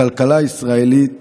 הכלכלה הישראלית